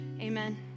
Amen